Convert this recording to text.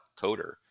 coder